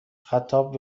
خطاب